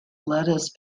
lettuce